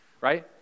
right